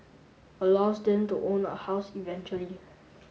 allows them to own a house eventually